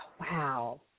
Wow